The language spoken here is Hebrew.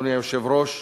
אדוני היושב-ראש,